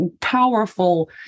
powerful